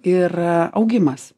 ir augimas